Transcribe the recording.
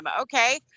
Okay